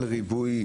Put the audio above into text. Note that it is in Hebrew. על ריבוי